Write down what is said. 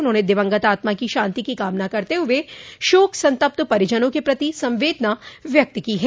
उन्होंने दिवंगत आत्मा की शांति की कामना करते हुए शोक संतप्त परिजनों के प्रति संवेदना व्यक्त की है